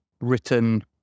written